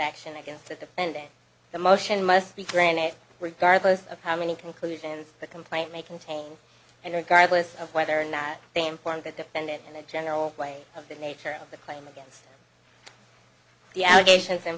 action against the defendant the motion must be granted regardless of how many conclusions the complaint may contain and regardless of whether or not they inform the defendant in a general way of the nature of the claim against the allegations